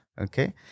Okay